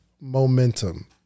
momentum